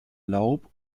laub